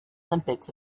olympics